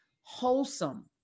wholesome